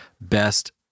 best